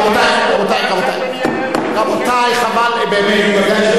רבותי, רבותי, חבל באמת.